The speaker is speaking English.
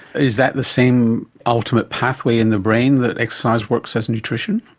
is that the same ultimate pathway in the brain that exercise works as nutrition?